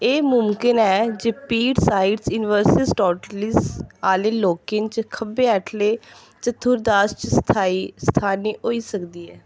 एह् मुमकन ऐ जे पैट्टसाइटस इनवर्सस टिटलिस आह्ले लोकें च खब्बे हैठले चतुर्थांश च स्थाई स्थानी होई सकदी ऐ